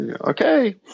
Okay